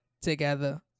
together